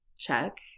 check